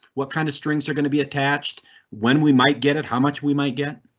what kind of strings are going to be attached when we might get it? how much we might get?